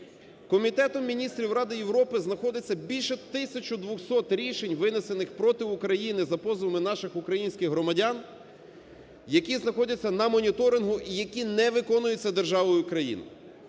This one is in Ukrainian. Комітету міністрів Ради Європи знаходиться більше 1 тисячі 200 рішень, винесених проти України за позовами наших, українських, громадян, які знаходяться на моніторингу і які не виконуються державою Україна.